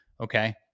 okay